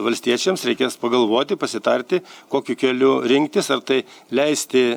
valstiečiams reikės pagalvoti pasitarti kokiu keliu rinktis ar tai leisti